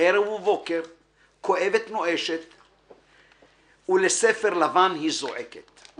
ערב ובוקר/ כואבת נואשת/ ולספר לבן היא זועקת//